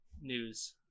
News